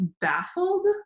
baffled